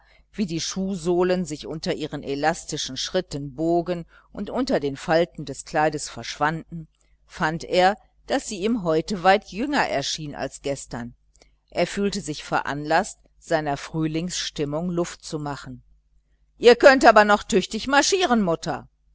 wie die schuhsohlen sich unter ihren elastischen schritten bogen und unter den falten des kleides verschwanden fand er daß sie ihm heute weit jünger erschien als gestern er fühlte sich veranlaßt seiner frühlingsstimmung luft zu machen ihr könnt aber noch tüchtig marschieren mutter